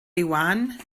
iwan